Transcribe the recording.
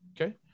Okay